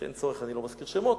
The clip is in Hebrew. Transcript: כשאין צורך אני לא מזכיר שמות,